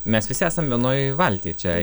mes visi esam vienoj valtyj čiai